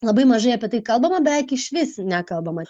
labai mažai apie tai kalbama beveik išvis nekalbama